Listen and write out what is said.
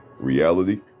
reality